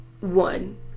one